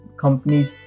companies